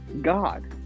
God